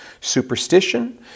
superstition